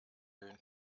willen